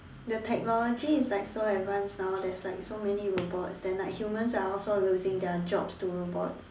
the technology is like so advanced now there's like so many robots then like humans are also losing their jobs to robots